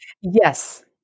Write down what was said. Yes